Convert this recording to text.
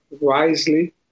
wisely